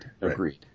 agreed